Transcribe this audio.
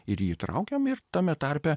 ir į jį įtraukiam ir tame tarpe